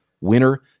winner